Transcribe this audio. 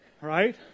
Right